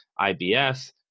IBS